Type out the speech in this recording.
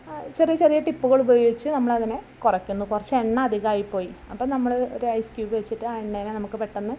ചെറിയ ചെറിയ ടിപ്പുകളുപയോഗിച്ച് നമ്മളതിനെ കുറയ്ക്കുന്നു കുറച്ച് എണ്ണ അധികമായി പോയി അപ്പം നമ്മള് ഒരു ഐസ് ക്യൂബ് വെച്ചിട്ട് ആ എണ്ണനെ നമുക്ക് പെട്ടന്ന്